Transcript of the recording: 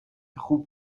خوب